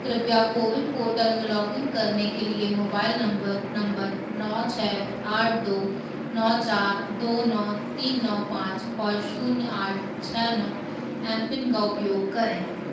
कृपया CoWIN portal में login करने के लिए मोबाइल नंबर नंबर नौ छेः आठ दो नौ चार दो नौ तीन नौ पाँच और शून्य आठ छेः नौ एम पिन का उपयोग करें